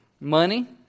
Money